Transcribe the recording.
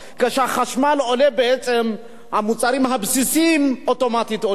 כשהחשמל עולה, המוצרים הבסיסיים אוטומטית עולים.